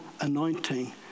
anointing